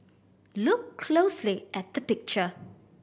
look closely at the picture